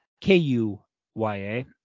K-U-Y-A